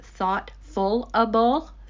Thoughtfulable